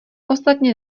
ostatně